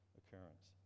occurrence